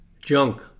junk